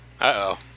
Uh-oh